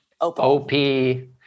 O-P